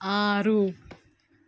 ಆರು